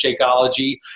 Shakeology